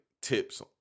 tips